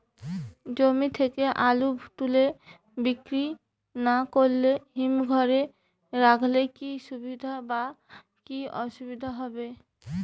জমি থেকে আলু তুলে বিক্রি না করে হিমঘরে রাখলে কী সুবিধা বা কী অসুবিধা হবে?